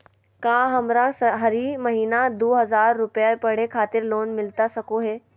का हमरा हरी महीना दू हज़ार रुपया पढ़े खातिर लोन मिलता सको है?